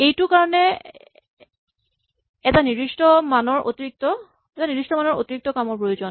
এইটোৰ কাৰণে এটা নিৰ্দিষ্ট মানৰ অতিৰিক্ত কামৰ প্ৰয়োজন